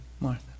martha